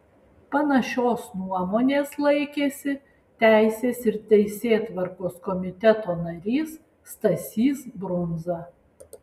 panašios nuomonės laikėsi teisės ir teisėtvarkos komiteto narys stasys brundza